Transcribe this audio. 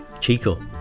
Chico